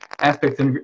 aspects